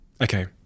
Okay